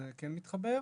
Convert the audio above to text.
זה כן מתחבר,